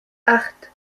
acht